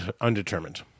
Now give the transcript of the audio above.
Undetermined